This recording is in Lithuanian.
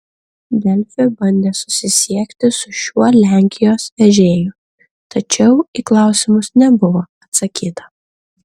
delfi bandė susisiekti su šiuo lenkijos vežėju tačiau į klausimus nebuvo atsakyta